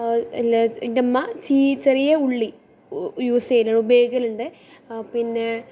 ലെ എൻ്റെ ഉമ്മ ചീ ചെറിയ ഉള്ളി യൂസ് ചെയ്യൽ ഉപയോഗിക്കലുണ്ട് പിന്നെ